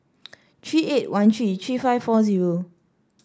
three eight one three three five four zero